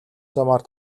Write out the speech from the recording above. замаар